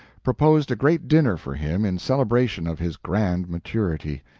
proposed a great dinner for him in celebration of his grand maturity.